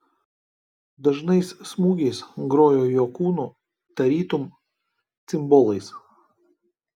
dažnais smūgiais grojo jo kūnu tarytum cimbolais